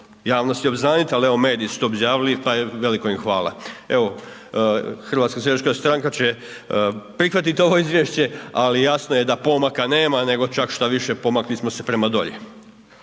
javnosti obznaniti ali evo mediji su to obznanili pa veliko im hvala. Evo HSS će prihvatiti ovo izvješće ali jasno je da pomaka nema nego čak štoviše, pomakli smo se prema dolje.